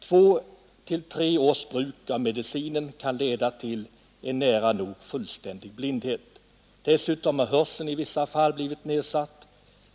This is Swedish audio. Två till tre års bruk av den medicinen kan leda till nära nog fullständig blindhet. Dessutom har patienternas hörsel i vissa fall blivit nedsatt.